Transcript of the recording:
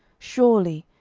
surely,